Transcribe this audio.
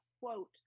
quote